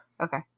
Okay